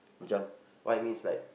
jump what I mean is like